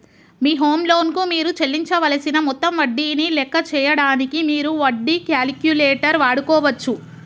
మీ home loan కు మీరు చెల్లించవలసిన మొత్తం వడ్డీని లెక్క చేయడానికి మీరు వడ్డీ క్యాలిక్యులేటర్ వాడుకోవచ్చు